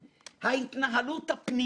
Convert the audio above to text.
עד שפגשת אותו בכשל הבא.